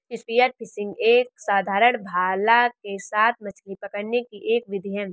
spear fishing एक साधारण भाला के साथ मछली पकड़ने की एक विधि है